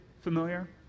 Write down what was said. familiar